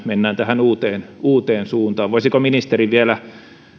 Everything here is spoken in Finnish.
mennään tähän uuteen uuteen suuntaan voisiko ministeri vielä